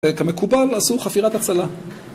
כמקובל עשו חפירת הצלה.